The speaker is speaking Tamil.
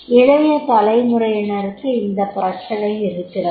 இளைய தலைமுறையினருக்கு இந்த பிரச்சனை இருக்கிறது